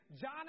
John